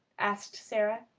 asked sara.